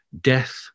death